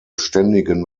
ständigen